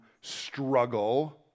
struggle